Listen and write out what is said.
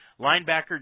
Linebacker